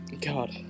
God